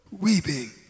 weeping